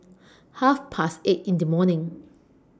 Half Past eight in The morning